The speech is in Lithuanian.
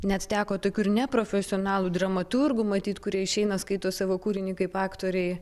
net teko tokių ir neprofesionalų dramaturgų matyt kurie išeina skaito savo kūrinį kaip aktoriai